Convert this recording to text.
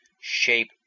shape